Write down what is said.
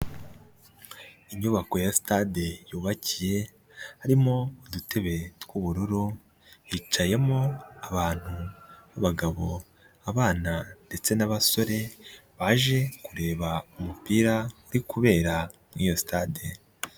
Inyubako ya sitade yubakiye, harimo udutebe tw'ubururu hicayemo abantu babagabo, abana ndetse n'abasore baje kureba umupira uri kubera muri iyo sitade.